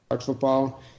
football